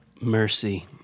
Mercy